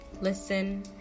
listen